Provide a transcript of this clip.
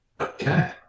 Okay